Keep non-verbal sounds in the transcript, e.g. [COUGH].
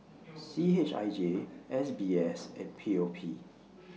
[NOISE] C H I J S B S and P O P